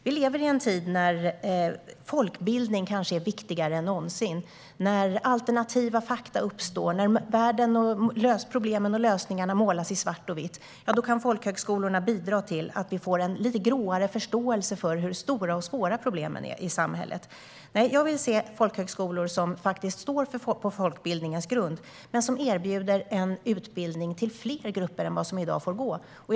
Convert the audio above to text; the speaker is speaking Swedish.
Vi lever i en tid då folkbildning kanske är viktigare än någonsin - en tid då alternativa fakta uppstår och världen, problemen och lösningarna målas i svart och vitt. I denna tid kan folkhögskolorna bidra till att vi får en lite gråare förståelse för hur stora och svåra problemen i samhället är. Jag vill se folkhögskolor som står på folkbildningens grund men som erbjuder utbildning till fler grupper än vad som i dag är fallet.